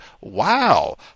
wow